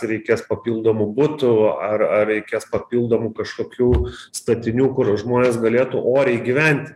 reikės papildomų butų ar ar reikės papildomų kažkokių statinių kur žmonės galėtų oriai gyventi